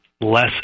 less